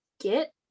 get